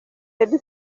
baby